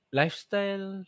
lifestyle